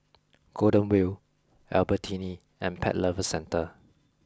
Golden Wheel Albertini and Pet Lovers Centre